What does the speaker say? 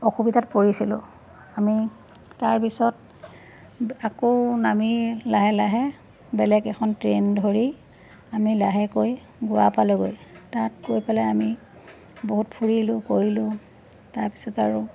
অসুবিধাত পৰিছিলোঁ আমি তাৰপিছত আকৌ নামি লাহে লাহে বেলেগ এখন ট্ৰেইন ধৰি আমি লাহেকৈ গোৱা পালোঁগৈ তাত গৈ পেলাই আমি বহুত ফুৰিলোঁ কৰিলোঁ তাৰপিছত আৰু